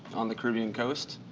on the caribbean coast